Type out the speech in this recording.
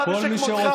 אתה ושכמותך.